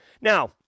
Now